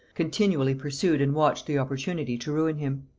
continually pursued and watched the opportunity to ruin him.